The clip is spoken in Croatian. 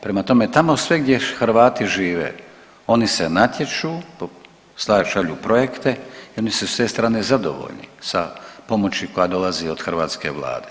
Prema tome tamo sve gdje Hrvati žive oni se natječu, šalju projekte i oni su s te strane zadovoljni sa pomoći koja dolazi od hrvatske Vlade.